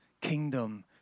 kingdom